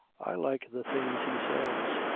i like the things he says.